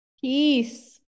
Peace